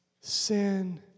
Sin